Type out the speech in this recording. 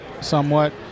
somewhat